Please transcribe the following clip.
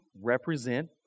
represent